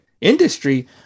industry